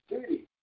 city